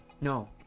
No